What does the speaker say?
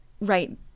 right